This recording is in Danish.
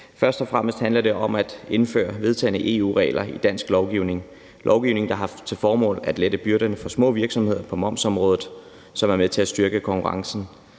Først og fremmest handler det om at indføre vedtagne EU-regler i dansk lovgivning. Det er lovgivning, der har til formål at lette byrderne for små virksomheder på momsområdet, og som er med til at styrke konkurrencen